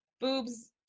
Boobs